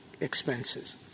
expenses